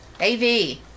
AV